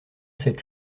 cette